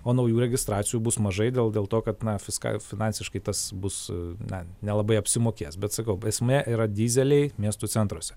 o naujų registracijų bus mažai dėl dėl to kad na fiska finansiškai tas bus na nelabai apsimokės bet sakau esmė yra dyzeliai miestų centruose